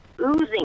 oozing